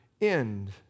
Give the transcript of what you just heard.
end